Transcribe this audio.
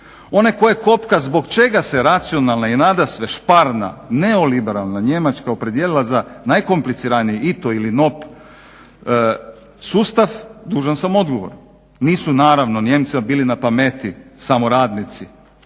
one koje kopka zbog čega se racionalna i nadasve šparna neoliberalna Njemačka opredijelila za najkompliciranije I TO ili NOP sustav dužan sam odgovor. Nisu naravno Nijemcima bili na pameti samo radnici